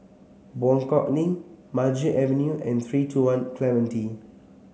Buangkok Link Maju Avenue and three two One Clementi